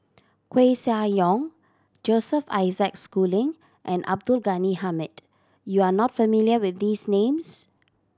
Koeh Sia Yong Joseph Isaac Schooling and Abdul Ghani Hamid you are not familiar with these names